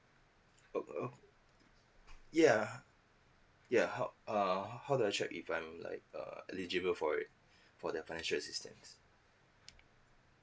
oh oh yeah ya how err how do I check if I'm like err eligible for it for the financial assistance